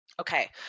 Okay